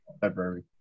February